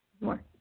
more